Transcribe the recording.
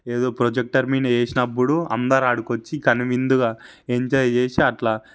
ఏదో ప్రొజెక్టర్ మీద ఏసినప్పుడు అందరూ అక్కడికొచ్చి కనువిందుగా ఎంజాయ్ చేసి అట్లా